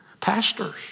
pastors